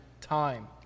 time